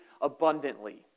abundantly